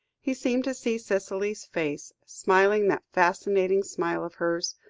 he seemed to see cicely's face, smiling that fascinating smile of hers,